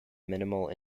minimal